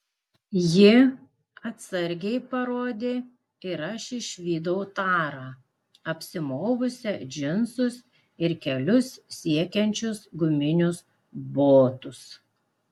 ji atsargiai parodė ir aš išvydau tarą apsimovusią džinsus ir kelius siekiančius guminius botus